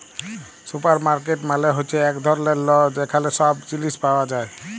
supermarket মালে হ্যচ্যে এক ধরলের ল যেখালে সব জিলিস পাওয়া যায়